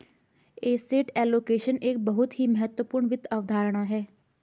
asset allocation एक बहुत ही महत्वपूर्ण वित्त अवधारणा है